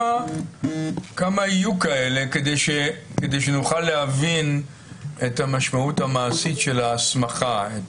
כמה יהיו כאלה כדי שנוכל להבין את המשמעות המעשית של הסמכה,